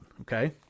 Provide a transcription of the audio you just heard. okay